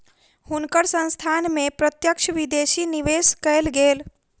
हुनकर संस्थान में प्रत्यक्ष विदेशी निवेश कएल गेल